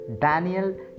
Daniel